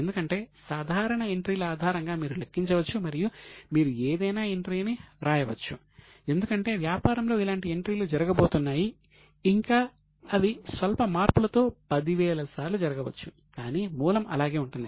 ఎందుకంటే సాధారణ ఎంట్రీల ఆధారంగా మీరు లెక్కించవచ్చు మరియు మీరు ఏదైనా ఎంట్రీని వ్రాయవచ్చు ఎందుకంటే వ్యాపారంలో ఇలాంటి ఎంట్రీలు జరగబోతున్నాయి ఇంకా అవి స్వల్ప మార్పులతో పదివేల సార్లు జరగవచ్చు కాని మూలం అలాగే ఉంటుంది